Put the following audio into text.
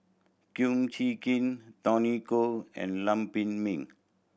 Kum Chee Kin Tony Khoo and Lam Pin Min